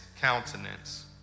countenance